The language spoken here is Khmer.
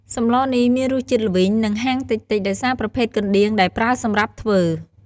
សម្លនេះមានរសជាតិល្វីង និងហាងតិចៗដោយសារប្រភេទកណ្ដៀងដែលប្រើសម្រាប់ធ្វើ។